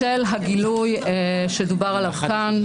בשל הגילוי שדובר עליו כאן,